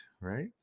right